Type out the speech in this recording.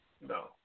No